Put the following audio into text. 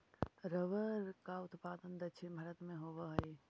rubber का उत्पादन दक्षिण भारत में होवअ हई